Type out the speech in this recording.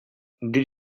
did